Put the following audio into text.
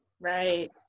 Right